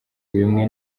bimwe